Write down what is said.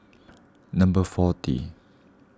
number forty